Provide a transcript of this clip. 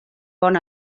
bon